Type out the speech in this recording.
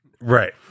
Right